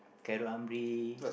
Cero Hambre